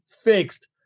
Fixed